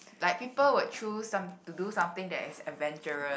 like people will choose some to do something that is adventurous